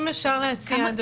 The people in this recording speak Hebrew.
אם אפשר לסייע.